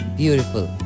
beautiful